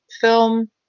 film